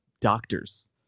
doctors